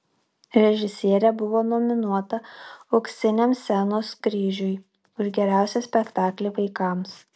režisierė buvo nominuota auksiniam scenos kryžiui už geriausią spektaklį vaikams